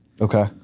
Okay